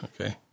Okay